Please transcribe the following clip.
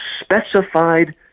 specified